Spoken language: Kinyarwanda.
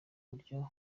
buryo